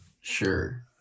Sure